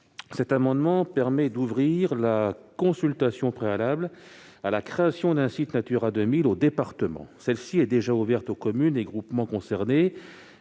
L'amendement n° 541 vise à ouvrir la consultation préalable à la création d'un site Natura 2000 aux départements. Celle-ci est déjà ouverte aux communes et groupements concernés